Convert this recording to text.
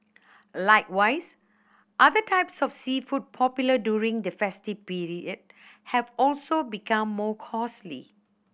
likewise other types of seafood popular during the festive period have also become more costly